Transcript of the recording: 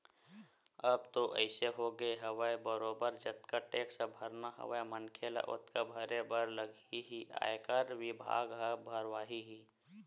अब तो अइसे होगे हवय बरोबर जतका टेक्स भरना हवय मनखे ल ओतका भरे बर लगही ही आयकर बिभाग ह भरवाही ही